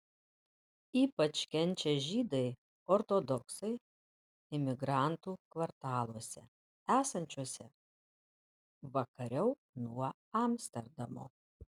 ypač kenčia žydai ortodoksai imigrantų kvartaluose esančiuose vakariau nuo amsterdamo